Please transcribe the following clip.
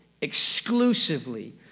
exclusively